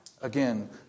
Again